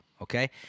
Okay